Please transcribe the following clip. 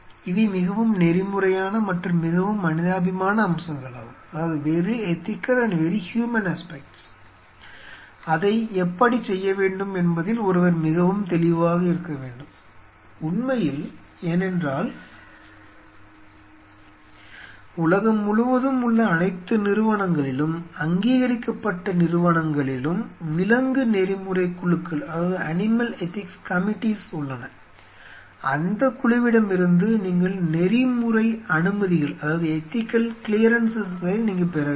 இவை மிகவும் நெறிமுறையான மற்றும் மிகவும் மனிதாபிமான அம்சங்களாகும் அதை எப்படிச் செய்ய வேண்டும் என்பதில் ஒருவர் மிகவும் தெளிவாக இருக்க வேண்டும் உண்மையில் ஏனென்றால் உலகம் முழுவதும் உள்ள அனைத்து நிறுவனங்களிலும் அங்கீகரிக்கப்பட்ட நிறுவனங்களிலும் விலங்கு நெறிமுறைக் குழுக்கள் உள்ளன அந்தக்குழுவிடமிருந்து நீங்கள் நெறிமுறை அனுமதிகளைப் பெற வேண்டும்